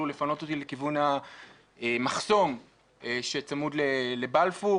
לפנות אותי לכיוון המחסום שצמוד לבלפור.